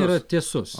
yra tiesus